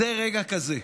זה רגע כזה.